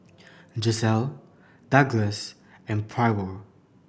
Gisele Douglas and Pryor